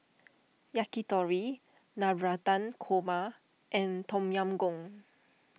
Yakitori Navratan Korma and Tom Yam Goong